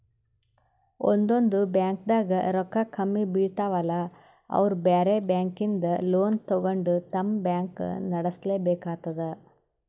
ಒಂದೊಂದ್ ಬ್ಯಾಂಕ್ದಾಗ್ ರೊಕ್ಕ ಕಮ್ಮಿ ಬೀಳ್ತಾವಲಾ ಅವ್ರ್ ಬ್ಯಾರೆ ಬ್ಯಾಂಕಿಂದ್ ಲೋನ್ ತಗೊಂಡ್ ತಮ್ ಬ್ಯಾಂಕ್ ನಡ್ಸಲೆಬೇಕಾತದ್